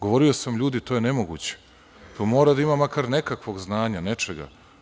Govorio sam – ljudi, to je nemoguće, to mora da ima makar nekakvog znanja, nečega.